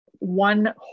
One